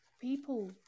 people